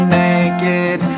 naked